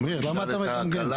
אמיר, למה אתה מנג'נגל?